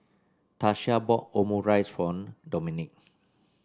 Tasha bought Omurice for Domenick